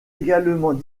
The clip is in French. également